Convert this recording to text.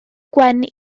gwen